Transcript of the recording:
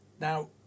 Now